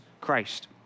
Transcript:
Christ